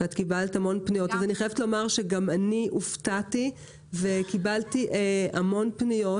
אז אני חייבת לומר שגם אני הופתעתי שקיבלתי המון פניות